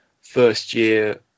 first-year